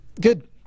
good